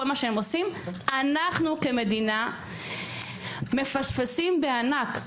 כל מה שהם עושים אנחנו כמדינה מפספסים בענק.